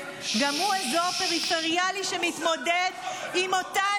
גם הוא אזור פריפריאלי שמתמודד עם אותם